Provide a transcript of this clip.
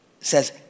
says